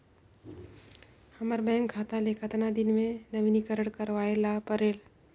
हमर बैंक खाता ले कतना दिन मे नवीनीकरण करवाय ला परेल?